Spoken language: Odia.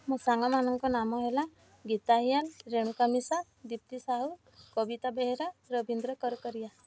ମୋ ସାଙ୍ଗମାନଙ୍କ ନାମ ହେଲା ଗୀତା ହ୍ୟାନ ରେଣୁକା ମିଶା ଦୀପ୍ତି ସାହୁ କବିତା ବେହେରା ରବୀନ୍ଦ୍ର କରକରିଆ